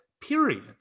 period